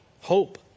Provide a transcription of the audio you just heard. hope